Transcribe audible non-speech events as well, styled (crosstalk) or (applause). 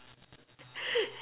(laughs)